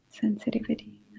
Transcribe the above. sensitivity